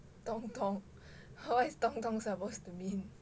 东东 what is 东东 supposed to mean